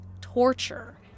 torture